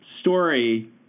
story